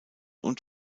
und